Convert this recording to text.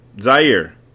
Zaire